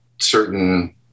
certain